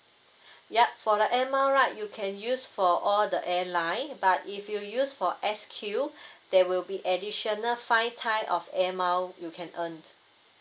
yup for the air mile right you can use for all the airline but if you use for S_Q there will be additional five time of air mile you can earn